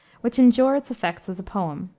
which injure its effect as a poem.